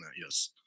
yes